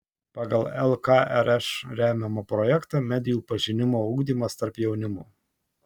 pagal lkrš remiamą projektą medijų pažinimo ugdymas tarp jaunimo